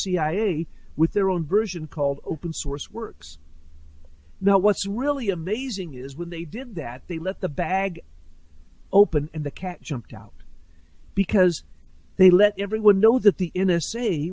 cia with their own version called open source works now what's really amazing is when they did that they left the bag open and the cat jumped out because they let everyone know that the n